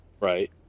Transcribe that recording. right